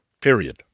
Period